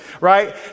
right